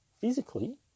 physically